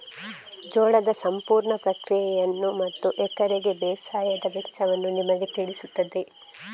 ಜೋಳದ ಸಂಪೂರ್ಣ ಪ್ರಕ್ರಿಯೆಯನ್ನು ಮತ್ತು ಎಕರೆಗೆ ಬೇಸಾಯದ ವೆಚ್ಚವನ್ನು ನಿಮಗೆ ತಿಳಿಸುತ್ತದೆ